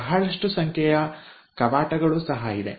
ಬಹಳಷ್ಟು ಸಂಖ್ಯೆಯ ಕವಾಟಗಳು ಸಹ ಇವೆ